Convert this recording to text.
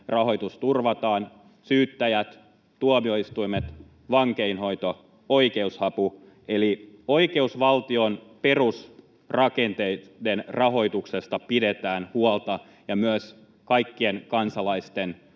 rahoitus turvataan: syyttäjien, tuomioistuimien, vankeinhoidon, oikeusavun. Eli oikeusvaltion perusrakenteiden rahoituksesta pidetään huolta ja myös kaikkien kansalaisten